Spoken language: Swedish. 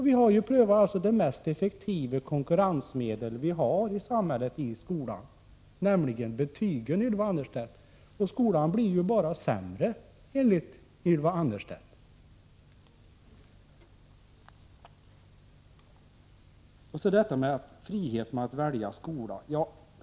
Vi har ju i skolan prövat det mest effektiva konkurrensmedel vi har i samhället, nämligen betygen, och skolan blir ju bara sämre enligt Ylva Annerstedt. Så till friheten att välja skola.